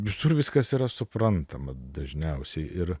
visur viskas yra suprantama dažniausiai ir